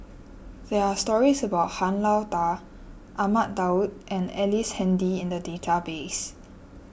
there are stories about Han Lao Da Ahmad Daud and Ellice Handy in the database